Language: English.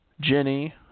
Jenny